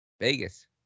Vegas